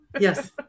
Yes